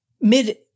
mid